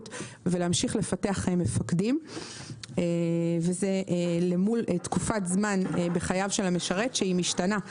ולהמשיך לפתח מפקדים וזה למול תקופת זמן בחייו של המשרת היא משתנה,